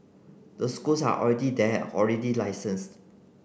the schools are already there already licensed